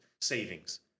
savings